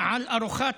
על ארוחה